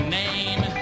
name